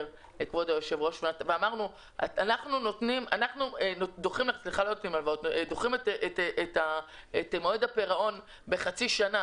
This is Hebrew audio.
ואמרנו "אנחנו דוחים את מועד הפירעון בחצי שנה"